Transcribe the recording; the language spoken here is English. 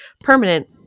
permanent